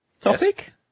Topic